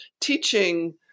teaching